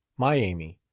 my amy.